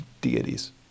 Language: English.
deities